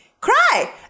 Cry